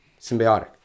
symbiotic